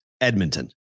Edmonton